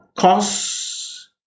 Costs